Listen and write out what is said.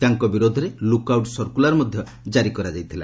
ତାଙ୍କ ବିରୋଦ୍ଧରେ lookout circular ମଧ୍ୟ ଜାରି କରାଯାଇଥିଲା